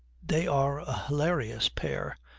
they are a hilarious pair,